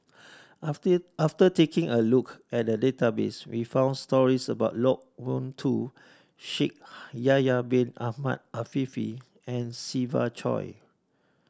after after taking a look at the database we found stories about Loke Wan Tho Shaikh Yahya Bin Ahmed Afifi and Siva Choy